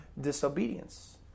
disobedience